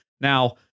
Now